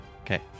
Okay